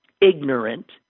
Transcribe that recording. ignorant